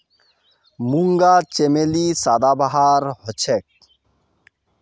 मूंगा चमेली सदाबहार हछेक